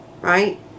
right